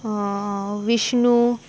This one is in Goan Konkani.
विष्णू